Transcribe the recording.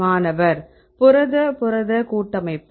மாணவர் புரத புரத கூட்டமைப்பு